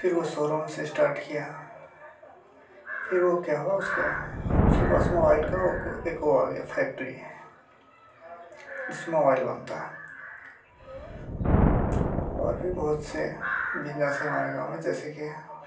फिर वो शोरूम से स्टार्ट किया फिर वो क्या हुआ उसको उसके पास ओइल का एक वो आ गया फैक्ट्री जिसमें ओइल बनता है और भी बहुत से बिजनेस से हमारे गाँव में जैसे कि